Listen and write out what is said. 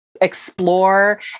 explore